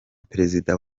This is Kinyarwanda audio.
perezida